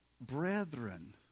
brethren